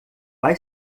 vai